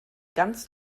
ganz